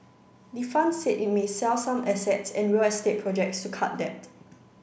the fund said it may sell some assets and real estate projects to cut debt